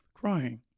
crying